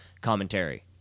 commentary